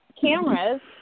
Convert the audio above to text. cameras